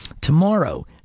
tomorrow